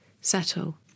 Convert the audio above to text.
settle